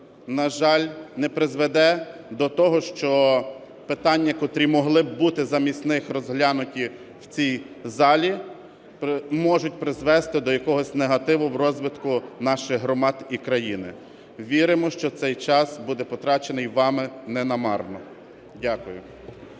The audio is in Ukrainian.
на жаль, не призведе до того, що питання, котрі могли б бути замість них розглянути в цій залі, можуть призвести до якогось негативу в розвитку наших громад і країни. Віримо, що цей час буде потрачений вами не намарно. Дякую.